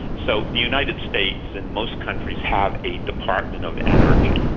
so the united states and most countries have a department of energy,